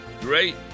Great